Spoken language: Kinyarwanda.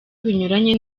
binyuranye